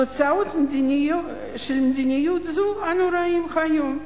את תוצאות מדיניות זו אנו רואים היום: